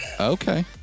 Okay